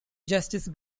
justice